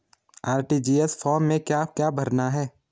RTGS form में क्या क्या भरना है?